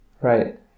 Right